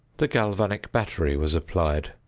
the galvanic battery was applied,